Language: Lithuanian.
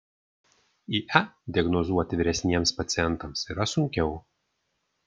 ie diagnozuoti vyresniems pacientams yra sunkiau